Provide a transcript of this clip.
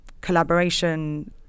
collaboration